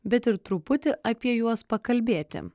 bet ir truputį apie juos pakalbėti